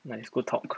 my school talk